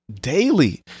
daily